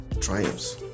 triumphs